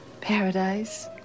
paradise